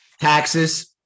Taxes